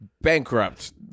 bankrupt